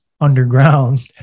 underground